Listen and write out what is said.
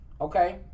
Okay